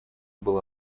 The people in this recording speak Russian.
была